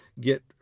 get